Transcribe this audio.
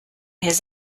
his